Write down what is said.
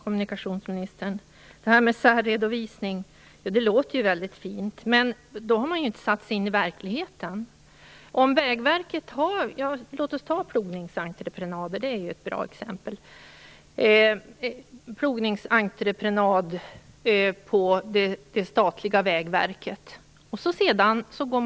Fru talman! Särredovisning låter väldigt fint, kommunikationsministern. Men då har man inte satt sig in i verkligheten. Låt oss ta plogningsentreprenader och det statliga Vägverket som ett bra exempel.